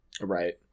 Right